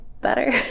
better